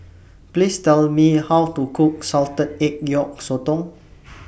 Please Tell Me How to Cook Salted Egg Yolk Sotong